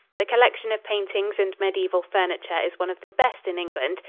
the collection of paintings and mediaeval furniture is one of the best in england.